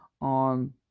on